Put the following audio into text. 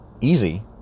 Easy